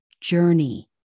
JOURNEY